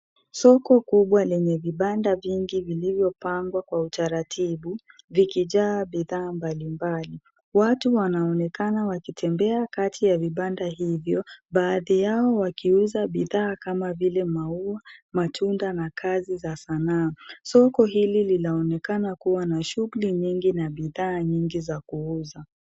Soko kubwa lenye vibanda vingi vilivyopangwa kwa utaratibu, vikijaa bidhaa mbalimbali. Watu wanaonekana wakitembea kati ya vibanda hivyo, baadhi yao wakiuza bidhaa kama vile maua, matunda na kazi za Sanaa. Soko hili linaonekana kuwa na shughuli nyingi na bidhaa nyingi za kuuza.